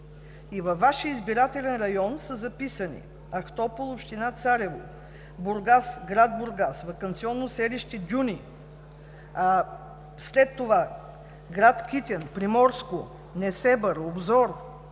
и във Вашия избирателен район са записани: Ахтопол – община Царево; Бургас – град Бургас; ваканционно селище „Дюни“; след това – град Китен; Приморско; Несебър; Обзор;